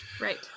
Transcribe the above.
right